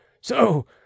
so